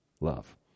love